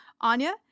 Anya